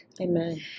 Amen